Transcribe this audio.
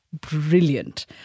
brilliant